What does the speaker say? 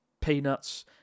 peanuts